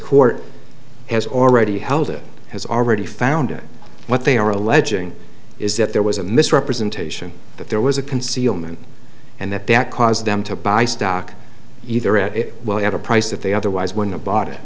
court has already held it has already found what they are alleging is that there was a misrepresentation that there was a concealment and that that caused them to buy stock either at a well at a price that they otherwise when i bought it